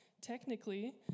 Technically